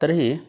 तर्हि